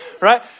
right